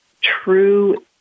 true